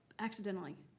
accidentally.